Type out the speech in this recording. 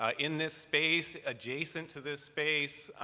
ah in this space, adjacent to this space,